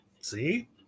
See